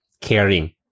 caring